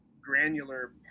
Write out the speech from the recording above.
granular